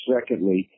Secondly